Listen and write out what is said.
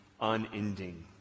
unending